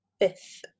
fifth